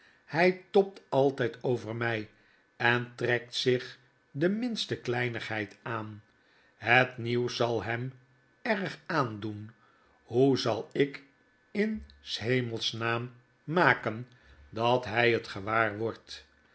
hy tobt altyd over myentrekt zich de minste kleinigheid aan hetnieuwszal hem erg aandoen hoe zal ik in s hemels naam maken dat hy het